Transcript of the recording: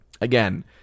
Again